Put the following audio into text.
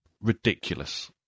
ridiculous